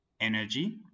energy